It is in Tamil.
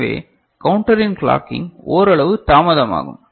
எனவே கவுண்டரின் கிளாகிங் ஓரளவு தாமதமாகும்